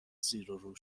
زیرورو